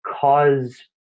cause